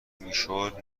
میشد